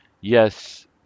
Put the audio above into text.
yes